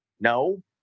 no